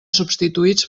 substituïts